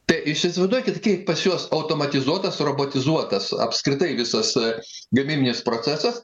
tai jūs įsivaizduokit kiek pas juos automatizuotas robotizuotas apskritai visas gamybinis procesas